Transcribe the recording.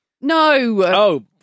No